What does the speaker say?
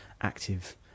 active